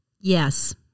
Yes